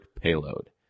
payload